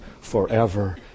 forever